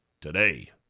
today